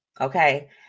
Okay